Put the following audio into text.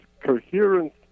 coherence